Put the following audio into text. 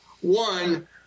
one